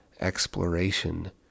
exploration